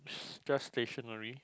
just stationary